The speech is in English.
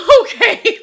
Okay